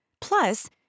Plus